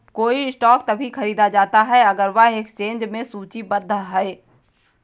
कोई स्टॉक तभी खरीदा जाता है अगर वह एक्सचेंज में सूचीबद्ध है